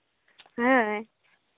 ᱦᱳᱭ